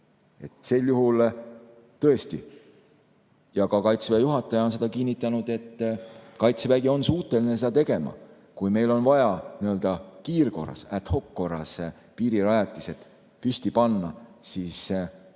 seda siis teha. Ja ka Kaitseväe juhataja on seda kinnitanud, et Kaitsevägi on suuteline seda tegema. Kui meil on vaja kiirkorras, ad-hoc-korras piirirajatised püsti panna, siis Kaitsevägi